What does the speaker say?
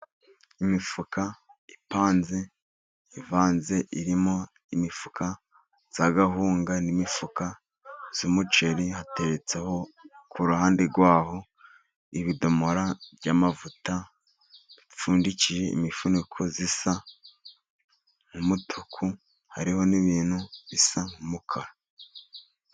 Imifuka ipanze, ivanze, irimo imifuka y'agahunga n'imifuka z'umuceri, hateretseho ku ruhande rwaho ibidomora by'amavuta, bipfundikiye imifuniko isa nk'umutuku, hariho n'ibintu bisa n'umukara.